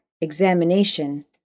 examination